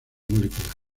molecular